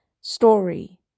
story